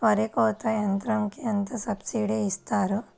వరి కోత యంత్రంకి ఎంత సబ్సిడీ ఇస్తారు?